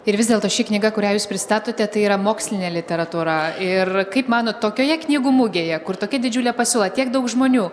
ir vis dėlto ši knyga kurią jūs pristatote tai yra mokslinė literatūra ir kaip manot tokioje knygų mugėje kur tokia didžiulė pasiūla tiek daug žmonių